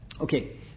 Okay